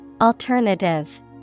Alternative